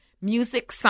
music